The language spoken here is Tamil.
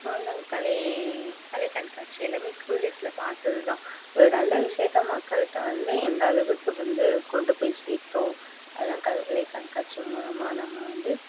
நாங்கள் கலை கலை கண்காட்சி எல்லாம் ஸ்கூல் டேஸில் பார்த்தது தான் ஒரு நல்ல விஷயத்தை மக்கள்ட்ட வந்து எந்தளவுக்கு வந்து கொண்டு போய் சேக்கிறோம் அதெல்லாம் கலை கண்காட்சி மூலமாக நம்ம வந்து